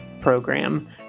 program